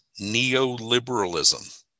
neoliberalism